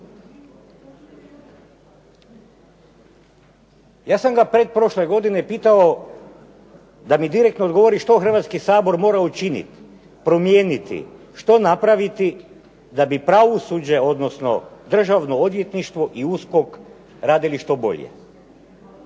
Ja sam ga pretprošle pitao da mi direktno odgovori što Hrvatski sabor mora učiniti, promijeniti, što napraviti da bi pravosuđe odnosno državno odvjetništvo i USKOK radili što bolje.